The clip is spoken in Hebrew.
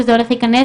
שזה הולך להיכנס,